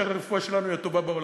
כאשר הרפואה שלנו היא הטובה בעולם.